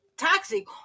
Toxic